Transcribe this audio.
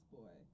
boy